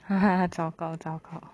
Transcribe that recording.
hahaha 糟糕糟糕